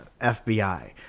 FBI